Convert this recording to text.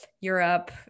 Europe